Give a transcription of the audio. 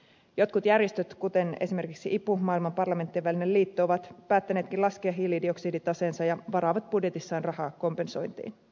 jotkut järjestöt kuten esimerkiksi ipu maailman parlamenttienvälinen liitto ovat päättäneetkin laskea hiilidioksiditasoansa ja varaavat budjetissaan rahaa kompensointiin